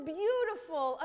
beautiful